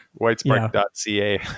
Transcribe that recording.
whitespark.ca